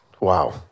wow